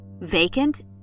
vacant